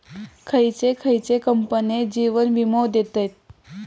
खयचे खयचे कंपने जीवन वीमो देतत